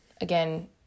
again